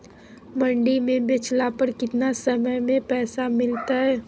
मंडी में बेचला पर कितना समय में पैसा मिलतैय?